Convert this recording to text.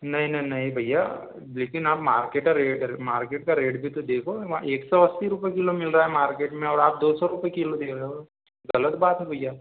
नहीं नहीं नहीं भैया लेकिन आप मार्केट का रेट मार्केट का रेट भी तो देखो एक सौ अस्सी रुपये किलो मिल रहा है मार्केट में और आप दो सौ रुपये किलो दे रहे हो गलत बात है भैया